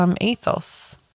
ethos